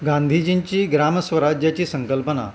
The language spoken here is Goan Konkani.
गांधीजींची ग्राम स्वराज्याची संकल्पना